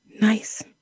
Nice